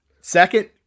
second